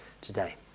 today